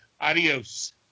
Adios